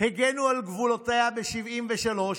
הגנו על גבולותיה ב-1973,